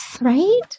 Right